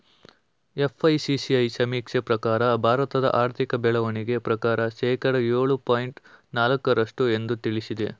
FICCI ಸಮೀಕ್ಷೆ ಪ್ರಕಾರ ಭಾರತದ ಆರ್ಥಿಕ ಬೆಳವಣಿಗೆ ಪ್ರಕಾರ ಶೇಕಡ ಏಳು ಪಾಯಿಂಟ್ ನಾಲಕ್ಕು ರಷ್ಟು ಎಂದು ತಿಳಿಸಿದೆ